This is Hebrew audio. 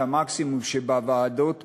את המקסימום כדי שבוועדות השונות,